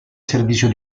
servizio